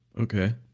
Okay